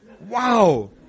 Wow